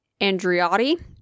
andriotti